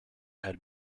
had